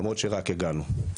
למרות שרק הגענו.